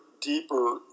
deeper